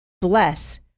bless